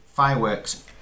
fireworks